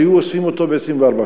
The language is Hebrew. היו אוספים אותו ב-24 שעות.